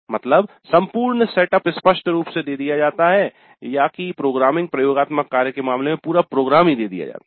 मतलब संपूर्ण सेटअप स्पष्ट रूप से दे दिया जाता है या कि "प्रोग्रामिंग प्रयोगात्मक कार्य" के मामले में पूरा प्रोग्राम दे दिया जाता है